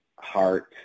heart